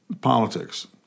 politics